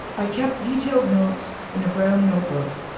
i kept detailed notes in a brown notebook,